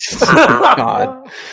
God